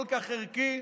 כל כך ערכי,